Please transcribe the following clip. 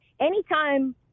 anytime